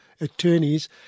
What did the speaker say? attorneys